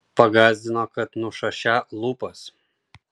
pagąsdino kad nušašią lūpas